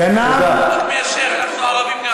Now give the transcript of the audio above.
אנחנו ערבים גם.